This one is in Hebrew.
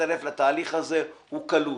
תצטרף לתהליך הזה הוא קלוש.